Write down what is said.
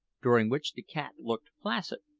during which the cat looked placid,